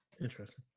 Interesting